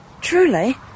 Truly